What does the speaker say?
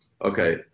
okay